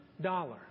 dollar